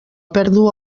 pèrdua